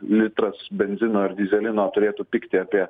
litras benzino ir dyzelino turėtų pigti apie